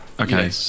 okay